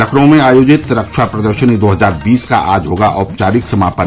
लखनऊ में आयोजित रक्षा प्रदर्शनी दो हजार बीस का आज होगा औपचारिक समापन